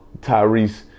Tyrese